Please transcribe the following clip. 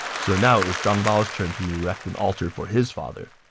so now it was zhang bao's turn to erect an altar for his father.